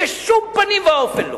בשום פנים ואופן לא.